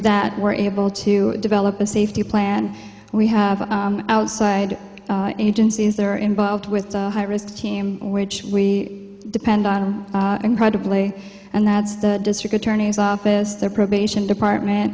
that we're able to develop a safety plan we have outside agencies that are involved with a high risk team which we depend on incredibly and that's the district attorney's office their probation department